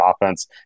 offense